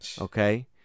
Okay